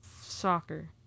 Soccer